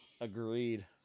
Agreed